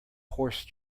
horse